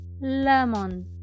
Lemon